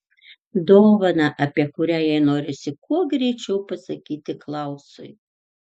dovaną apie kurią jai norisi kuo greičiau pasakyti klausui